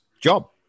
job